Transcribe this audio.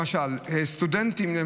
למשל סטודנטים,